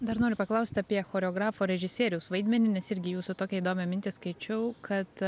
dar noriu paklaust apie choreografo režisieriaus vaidmenį nes irgi jūsų tokią įdomią mintį skaičiau kad